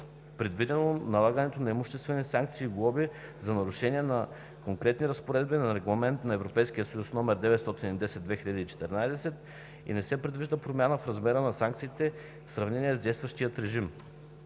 предвидено налагането на имуществени санкции и глоби за нарушения на конкретни разпоредби на Регламент (ЕС) № 910/2014 и не се предвижда промяна в размера на санкциите в сравнение с действащия режим.